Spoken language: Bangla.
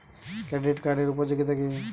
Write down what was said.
ক্রেডিট কার্ডের উপযোগিতা কি?